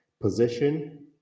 position